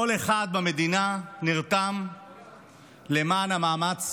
כל אחד במדינה נרתם למען המאמץ